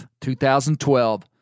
2012